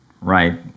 right